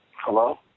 Hello